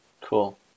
Cool